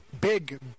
big